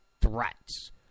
threats